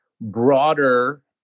broader